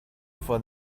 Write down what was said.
for